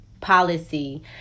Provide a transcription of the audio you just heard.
policy